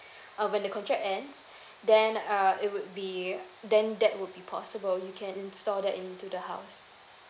uh when the contract ends then uh it would be then that would be possible you can install that into the house